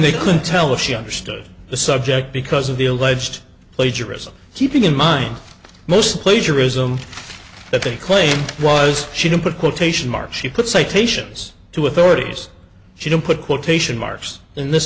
they couldn't tell was she understood the subject because of the alleged plagiarism keeping in mind most plagiarism that they claim was she didn't put quotation marks she put citations to authorities she didn't put quotation marks in this